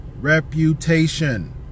reputation